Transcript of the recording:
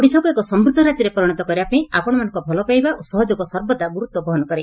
ଓଡ଼ିଶାକୁ ଏକ ସମୂବ ରାଜ୍ୟରେ ପରିଶତ କରିବାପାଇଁ ଆପଣମାନଙ୍କ ଭଲ ପାଇବା ଓ ସହଯୋଗ ସର୍ବଦା ଗୁରୁତ୍ ବହନ କରେ